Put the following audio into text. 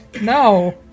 No